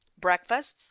breakfasts